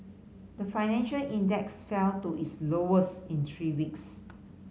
the financial index fell to its lowest in three weeks